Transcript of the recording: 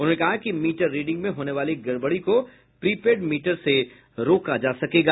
उन्होंने कहा कि मीटर रिडिंग में होने वाली गड़बड़ी को प्रीपेड मीटर से रोका जा सकेगा